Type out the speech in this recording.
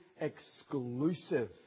exclusive